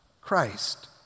Christ